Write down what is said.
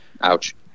Ouch